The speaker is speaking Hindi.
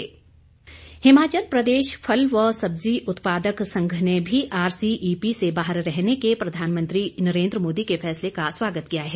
फल उत्पादक हिमाचल प्रदेश फल व सब्जी उत्पादक संघ ने भी आरसीईपी से बाहर रहने के प्रधानमंत्री नरेंद्र मोदी के फैसले का स्वागत किया है